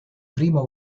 primo